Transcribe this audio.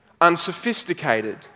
unsophisticated